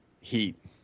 heat